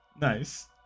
Nice